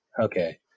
Okay